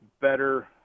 better